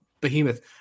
behemoth